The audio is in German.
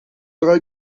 drei